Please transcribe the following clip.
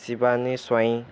Shivani Swain